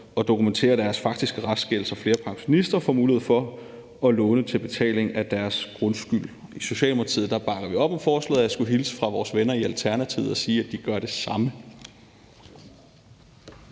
at dokumentere deres faktiske restgæld, så flere pensionister får mulighed for at låne til betaling af deres grundskyld. I Socialdemokratiet bakker vi op om forslaget, og jeg skulle hilse fra vores venner i Alternativet og sige, at de gør det samme.